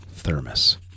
thermos